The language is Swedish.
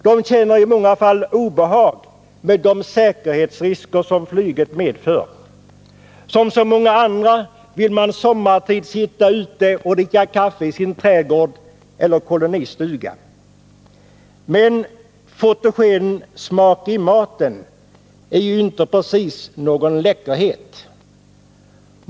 De känner i många fall obehag inför de säkerhetsrisker som flyget medför. Som så många andra vill man sommartid sitta ute och dricka kaffe i sin trädgård eller kolonistuga. Men fotogensmakande mat är ju inte precis någon läckerhet.